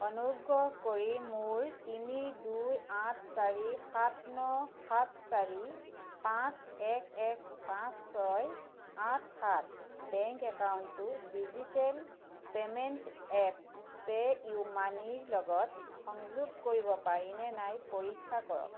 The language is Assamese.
অনুগ্ৰহ কৰি মোৰ তিনি দুই আঠ চাৰি সাত ন সাত চাৰি পাঁচ এক এক পাঁচ ছয় আঠ সাত বেংক একাউণ্টটো ডিজিটেল পে'মেণ্ট এপ পে'ইউ মানিৰ লগত সংযোগ কৰিব পাৰিনে নাই পৰীক্ষা কৰক